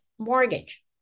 mortgage